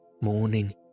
morning